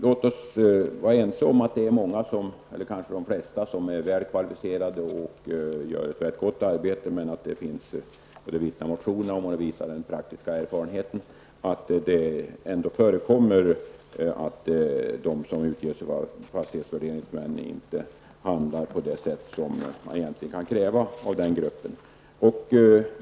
Låt oss vara ense om att många, eller kanske de flesta, är väl kvalificerade och gör ett mycket gott arbete, men det förekommer -- det vittnar motionerna om och det visar den praktiska erfarenheten -- ändå som utger sig för att vara fastighetsvärderingsmän men inte handlar på ett sätt som man egentligen kan kräva av den gruppen.